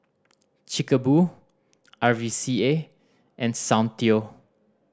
Chic a Boo R V C A and Soundteoh